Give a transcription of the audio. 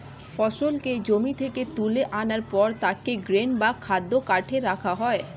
ফসলকে জমি থেকে তুলে আনার পর তাকে গ্রেন বা খাদ্য কার্টে রাখা হয়